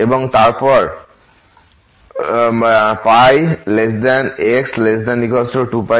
এবং তারপর π x≤2π থেকে এটি 2π x